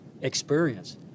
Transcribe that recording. experience